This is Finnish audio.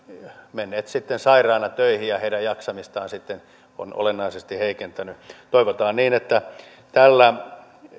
menneet sitten sairaana töihin mikä heidän jaksamistaan on olennaisesti heikentänyt toivotaan niin että tällä